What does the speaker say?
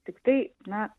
tiktai na